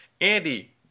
Andy